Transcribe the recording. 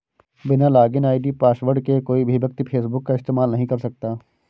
बिना login ID password के कोई भी व्यक्ति फेसबुक का इस्तेमाल नहीं कर सकता